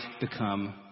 become